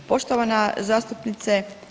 Poštovana zastupnice.